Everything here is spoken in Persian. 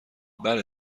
بله